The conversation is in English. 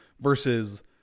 versus